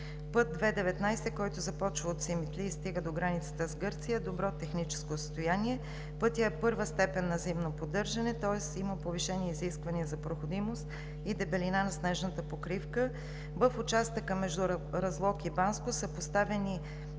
Път II-19, който започва от Симитли и стига до границата с Гърция, е в добро техническо състояние. Пътят е с първа степен на зимно поддържане, тоест има повишени изисквания за проходимост и дебелина на снежната покривка. В участъка между Разлог и Банско са поставени